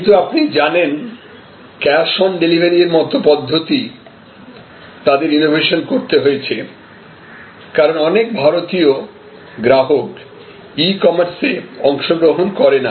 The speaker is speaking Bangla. কিন্তু আপনি জানেন যেমন ক্যাশ অন ডেলিভারি মত পদ্ধতি ও তাদের ইনোভেশন করতে হয়েছে কারণ অনেক ভারতীয় গ্রাহক ই কমার্সে অংশগ্রহণ করে না